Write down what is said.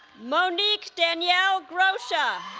monique danielle grocia